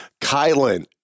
Kylan